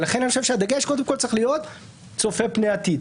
לכן אני חושב שהדגש קודם כל צריך להיות צופה פני עתיד.